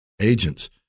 agents